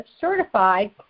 certified